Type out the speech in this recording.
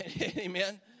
Amen